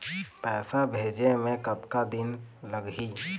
पैसा भेजे मे कतका दिन लगही?